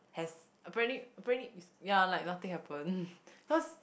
has apparently apparently is ya like nothing happen cause